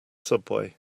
subway